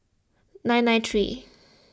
nine nine three